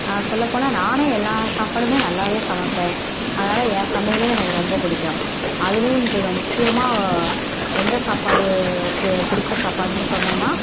சொல்லப்போனால் நானே எல்லா சாப்பாடுமே நல்லாவே சமைப்பேன் அதனால் என் சமையலே எனக்கு ரொம்ப பிடிக்கும் அதுலேயும் முக் முக்கியமாக எந்த சாப்பாடு பெ பிடுச்ச சாப்பாடுன்னு சொன்னோமா